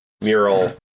mural